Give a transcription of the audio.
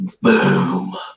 Boom